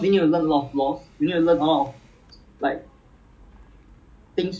mm good lah